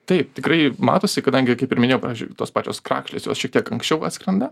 taip tikrai matosi kadangi kaip ir minėjau pavyzdžiui tos pačios krakšlės jos šiek tiek anksčiau atskrenda